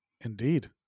Indeed